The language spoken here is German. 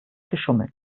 geschummelt